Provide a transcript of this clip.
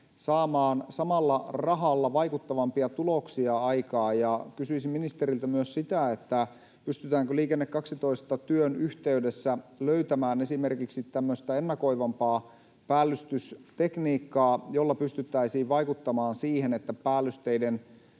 saamaan samalla rahalla vaikuttavampia tuloksia aikaan. Ja kysyisin ministeriltä myös sitä, pystytäänkö Liikenne 12 ‑työn yhteydessä löytämään esimerkiksi tämmöistä ennakoivampaa päällystystekniikkaa, jolla pystyttäisiin vaikuttamaan siihen, että päällysteiden